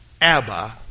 Abba